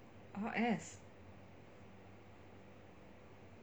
r s